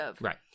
Right